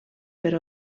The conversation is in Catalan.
per